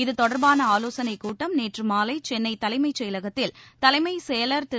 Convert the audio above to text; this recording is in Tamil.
இது தொடர்பான ஆலோசனைக் கூட்டம் நேற்று மாலை சென்னை தலைமைச் செயலகத்தில் தலைமைச் செயலர் திரு